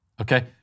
Okay